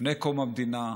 לפני קום המדינה.